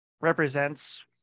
represents